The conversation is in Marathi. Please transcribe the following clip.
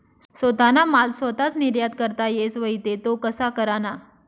सोताना माल सोताच निर्यात करता येस व्हई ते तो कशा कराना?